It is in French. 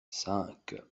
cinq